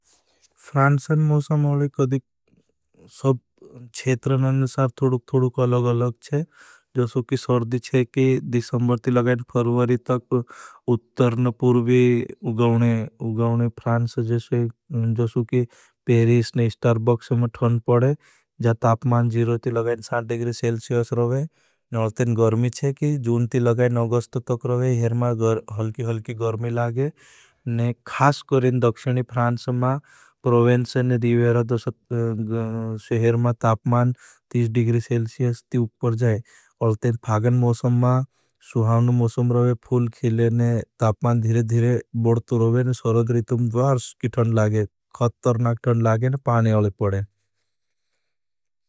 फ्रांस और मवसम चेत्रन अनुसार थोड़ूग थोड़ूग अलग अलग है। जसो कि सर्दी है कि दिसमबर ती लगाएं फर्वरी तक उत्तरन पूर्वी उगवने, उगवने फ्रांस जसो जसो कि पेरीस ने स्टार्बक्स में थौन पड़े, जा तापमान जीरो ती लगाएं सान्ट डिग्री सेल्सियस रोवे। और अलतें गर्मी छे की जून ती लगाएं अगस्त तक रोवे, हरमा हलकी हलकी गर्मी लागे, और खास करें दक्षिनी फ्रांस मां प्रोवेंचन ने दीवेरा सेहर मां तापमान तीस डिग्री सेल्स सेल्सियस ती उपर जाएं। और अलतें फागन मोसम मां, सुहावन मोसम रोवे, फूल खीले ने, तापमान धीरे धीरे बोड़तो रोवे, और सरोधरी तुम वार्ष की खंड लागे, ख़त्तरनाख खंड लागे, और पाने अले पड़े।